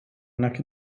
nac